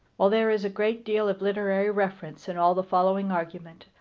while there is a great deal of literary reference in all the following argument,